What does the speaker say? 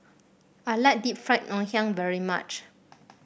I like Deep Fried Ngoh Hiang very much